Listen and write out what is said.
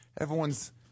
everyone's